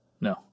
No